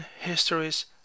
histories